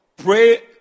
pray